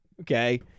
okay